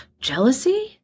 jealousy